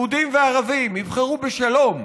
יהודים וערבים, יבחרו בשלום.